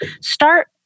start